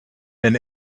been